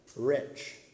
rich